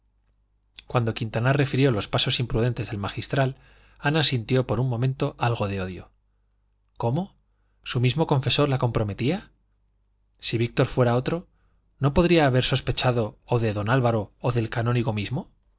cuando quintanar refirió los pasos imprudentes del magistral ana sintió por un momento algo de odio cómo su mismo confesor la comprometía si víctor fuera otro no podría haber sospechado o de don álvaro o del canónigo mismo pues